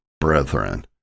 brethren